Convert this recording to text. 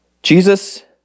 Jesus